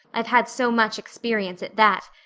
i've had so much experience at that.